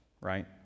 right